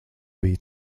bija